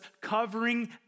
covering